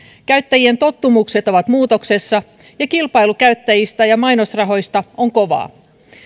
käyttäjien tottumukset ovat muutoksessa ja kilpailu käyttäjistä ja mainosrahoista on kovaa